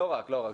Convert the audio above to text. לא רק, לא רק.